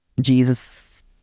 Jesus